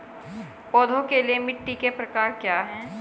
पौधों के लिए मिट्टी के प्रकार क्या हैं?